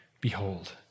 behold